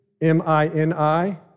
M-I-N-I